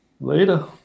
Later